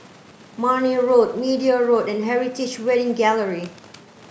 Marne Road Media Road and Heritage Wedding Gallery